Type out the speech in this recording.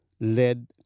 led